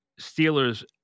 Steelers